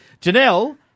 Janelle